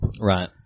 Right